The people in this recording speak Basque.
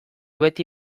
beti